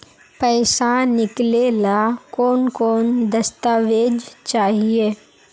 पैसा निकले ला कौन कौन दस्तावेज चाहिए?